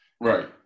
right